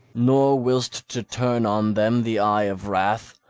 nor will'st to turn on them the eye of wrath,